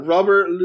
Robert